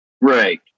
Right